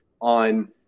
on